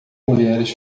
mulheres